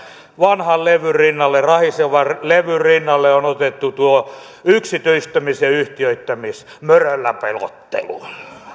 vanhan rahisevan levyn rinnalle on otettu tuo yksityistämis ja yhtiöittämismöröllä pelottelu